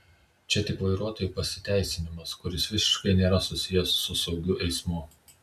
čia tik vairuotojų pasiteisinimas kuris visiškai nėra susijęs su saugiu eismu